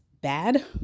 bad